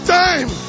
time